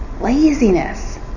laziness